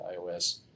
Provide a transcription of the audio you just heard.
iOS